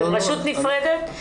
רשות נפרדת?